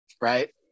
right